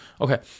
Okay